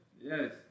Yes